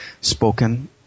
spoken